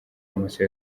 amaso